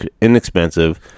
inexpensive